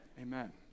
Amen